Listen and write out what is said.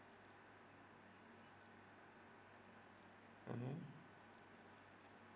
mmhmm